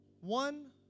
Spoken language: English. one